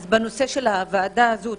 אז בנושא של הוועדה הזאת,